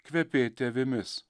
kvepėti avimis